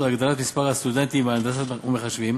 והגדלת מספר הסטודנטים להנדסה ומחשבים,